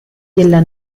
della